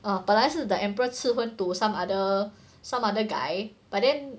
oh 本来是 the emperor 赐婚 to some other some other guy but then